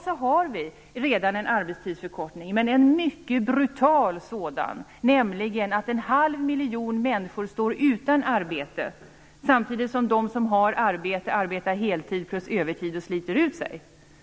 Det har redan skett en arbetstidsförkortning, men en mycket brutal sådan. En halv miljon människor står utan arbete samtidigt som de som har arbete arbetar heltid plus övertid och sliter ut sig.